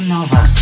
Nova